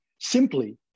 simply